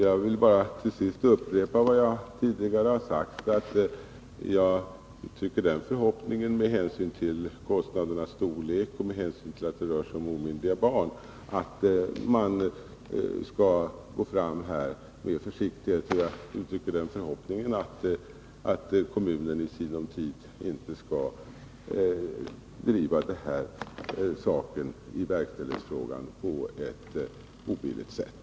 Jag vill bara till sist upprepa vad jag tidigare har sagt, att jag uttrycker den förhoppningen, med hänsyn till kostnadernas storlek och att det rör sig om omyndiga barn, att man skall gå fram med försiktighet. Jag uttrycker också den förhoppningen att kommunen i sinom tid inte skall driva denna sak i verkställighetsfrågan på ett obilligt sätt.